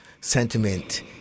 sentiment